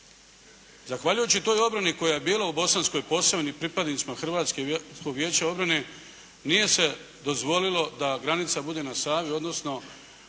Zahvaljujući toj obrani koja je bila u Bosanskoj Posavini i pripadnicima Hrvatskog vijeća obrane nije se dozvolilo da granica bude na Savi, odnosno